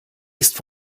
ist